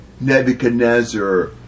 Nebuchadnezzar